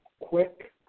quick